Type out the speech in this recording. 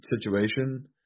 situation